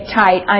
tight